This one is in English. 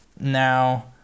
now